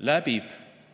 läbib